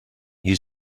you